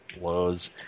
blows